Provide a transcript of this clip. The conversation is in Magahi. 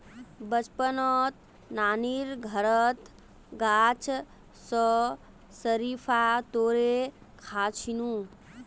बचपनत नानीर घरत गाछ स शरीफा तोड़े खा छिनु